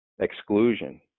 exclusion